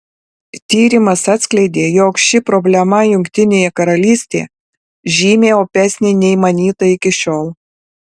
tyrimas atskleidė jog ši problema jungtinėje karalystė žymiai opesnė nei manyta iki šiol